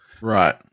Right